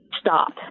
stop